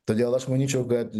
todėl aš manyčiau kad